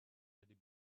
teddy